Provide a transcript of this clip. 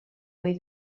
boi